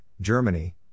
Germany